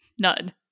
None